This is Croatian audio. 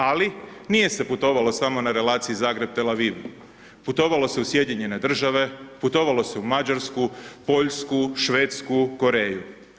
Ali nije se putovalo samo na relaciji Zagreb-Tel Aviv, putovalo se u Sjedinjene Države, putovalo se u Mađarsku, Poljsku, Švedsku, Koreju.